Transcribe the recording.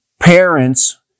Parents